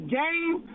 game